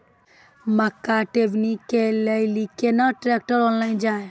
मक्का टेबनी के लेली केना ट्रैक्टर ओनल जाय?